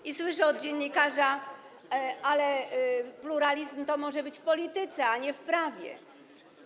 I słyszę od dziennikarza: Ale pluralizm to może być w polityce, a nie w prawie.